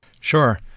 Sure